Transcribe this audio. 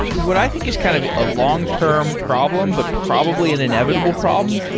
what i think is kind of a long-term problem, but probably an inevitable problem,